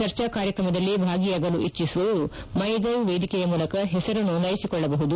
ಚರ್ಚಾ ಕಾರ್ಯಕ್ರಮದಲ್ಲಿ ಭಾಗಿಯಾಗಲು ಇಚ್ಲಸುವವರು ಮ್ನೆ ಗವ್ ವೇದಿಕೆಯ ಮೂಲಕ ಹೆಸರು ನೋಂದಾಯಿಸಿಕೊಳ್ಳಬಹುದು